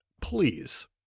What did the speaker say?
Please